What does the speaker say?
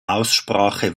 aussprache